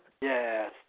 Yes